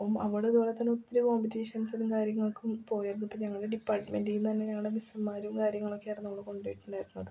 അപ്പം അവൾ ഇതുപോലെ തന്നെ ഒത്തിരി കോമ്പറ്റീഷൻസിനും കാര്യങ്ങൾക്കും പോയായിരുന്നു ഇപ്പം ഞങ്ങളുടെ ഡിപ്പാട്ട്മെൻ്റിൽ നിന്നു തന്നെ ഞങ്ങളെ മിസ്സുമാരും കാര്യങ്ങളൊക്കെയായിരുന്നു അവളെ കൊണ്ടു പൊയ്ക്കൊണ്ടിരുന്നത്